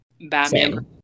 Batman